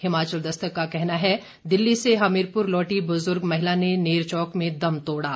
हिमाचल दस्तक का कहना है दिल्ली से हमीरपुर लौटी बुजुर्ग महिला ने नेरचौक में दम तोड़ा